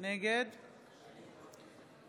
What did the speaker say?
נגד